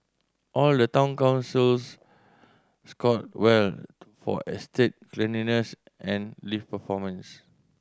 all the town councils scored well for estate cleanliness and lift performance